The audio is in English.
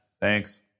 Thanks